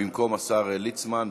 במקום השר ליצמן.